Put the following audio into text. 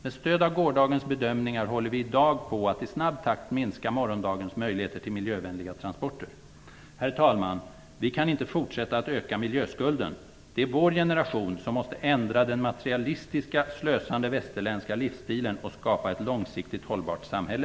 Med stöd av gårdagens bedömningar håller vi i dag på att i snabb takt minska morgondagens möjligheter till miljövänliga transporter. Herr talman! Vi kan inte fortsätta att öka miljöskulden. Det är vår generation som måste ändra den materialistiska, slösande, västerländska livsstilen och skapa ett långsiktigt hållbart samhälle.